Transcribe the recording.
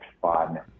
fun